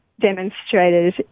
demonstrated